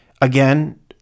Again